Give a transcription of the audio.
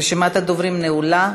רשימת הדוברים נעולה.